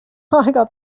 got